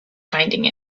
finding